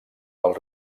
del